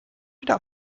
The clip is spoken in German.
wieder